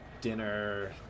Dinner